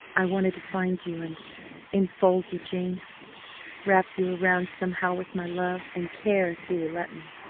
i wanted to find you and enfold you, jane wrap you around somehow with my love and care if you will let me,